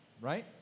right